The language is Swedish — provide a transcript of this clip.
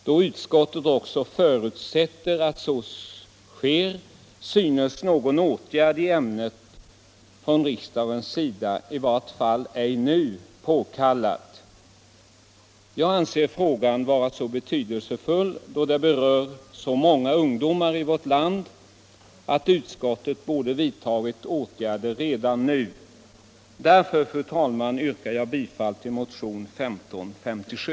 Då utskottet också förutsätter att så sker synes någon åtgärd i ämnet från riksdagens sida i vart fall ej nu påkallad.” Jag anser frågan vara så betydelsefull då den berör många ungdomar i vårt land, att utskottet borde ha föreslagit åtgärder redan nu. Därför, fru talman, yrkar jag bifall till motionen 1557.